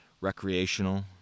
recreational